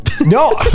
No